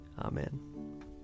amen